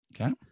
Okay